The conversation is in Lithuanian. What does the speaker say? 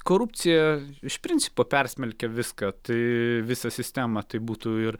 korupcija iš principo persmelkia viską tai visą sistemą tai būtų ir